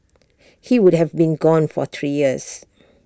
he would have been gone for three years